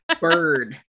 bird